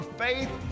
faith